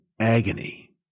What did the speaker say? agony